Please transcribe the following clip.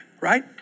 right